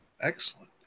Excellent